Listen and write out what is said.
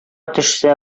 төшсә